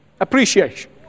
appreciation